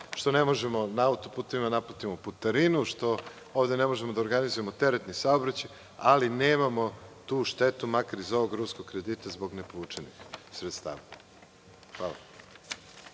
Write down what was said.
što ne možemo na autoputevima da naplatimo putarinu, što ovde ne možemo da organizujemo teretni saobraćaj, ali nemamo tu štetu makar iz ovog ruskog kredita zbog nepovučenih sredstava. Hvala.